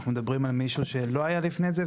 אנחנו מדברים על מישהו שלא היה לפני זה,